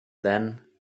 then